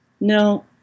No